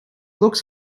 looks